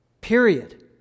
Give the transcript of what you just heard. period